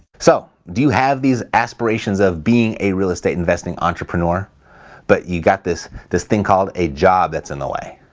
so do you have these aspirations of being a real estate investing entrepreneur but you got this this thing called a job that's in the way?